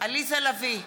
עליזה לביא,